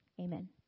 Amen